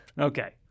Okay